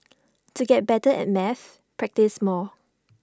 to get better at maths practise more